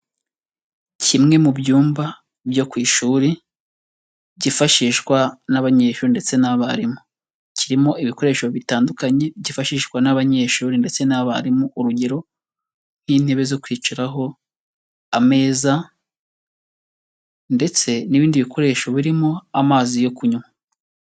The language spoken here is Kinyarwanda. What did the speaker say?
Kimwe mu byumba byo ku ishuri byifashishwa n'abanyeshuri ndetse n'abarimu, kirimo ibikoresho bitandukanye byifashishwa n'abanyeshuri ndetse n'abarimu, urugero nk'intebe zo kwicaraho, ameza ndetse n'ibindi bikoresho birimo amazi yo kunywa.